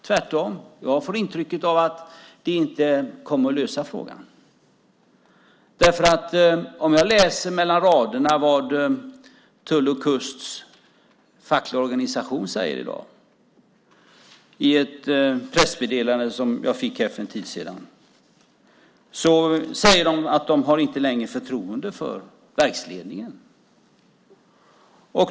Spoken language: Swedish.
Tvärtom får jag intrycket av att det inte kommer att lösa frågan. Om jag läser mellan raderna vad den fackliga organisationen Tull-Kust i dag säger i ett pressmeddelande som jag har fått säger de att de inte längre har förtroende för verksledningen.